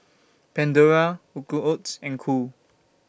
Pandora Quaker Oats and Cool